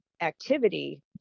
activity